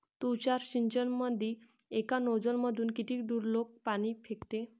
तुषार सिंचनमंदी एका नोजल मधून किती दुरलोक पाणी फेकते?